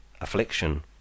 affliction